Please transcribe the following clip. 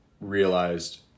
realized